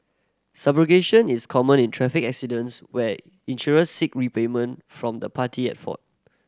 subrogation is common in traffic accidents where insurers seek repayment from the party at fault